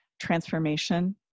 transformation